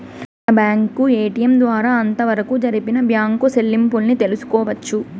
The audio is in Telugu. మనం బ్యాంకు ఏటిఎం ద్వారా అంతవరకు జరిపిన బ్యాంకు సెల్లింపుల్ని తెలుసుకోవచ్చు